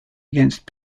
against